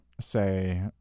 Say